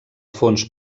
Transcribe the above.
fons